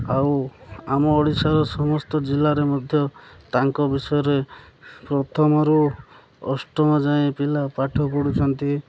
ଆଉ ଆମ ଓଡ଼ିଶାର ସମସ୍ତ ଜିଲ୍ଲାରେ ମଧ୍ୟ ତାଙ୍କ ବିଷୟରେ ପ୍ରଥମରୁ ଅଷ୍ଟମ ଯାଏଁ ପିଲା ପାଠ ପଢ଼ୁଛନ୍ତି